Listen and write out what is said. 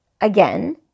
again